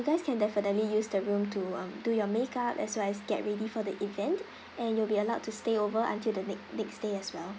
you guys can definitely use the room to um do your makeup as well as get ready for the event and you'll be allowed to stay over until the next next day as well